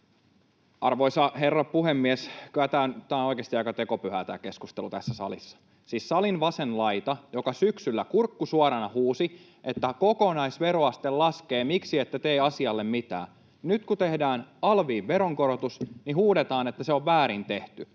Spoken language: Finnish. Arvoisa herra puhemies! Kyllä on oikeasti aika tekopyhää tämä keskustelu tässä salissa. Siis salin vasen laita syksyllä kurkku suorana huusi, että kokonaisveroaste laskee, miksi ette tee asialle mitään. Nyt kun tehdään alviin veronkorotus, niin huudetaan, että se on väärin tehty.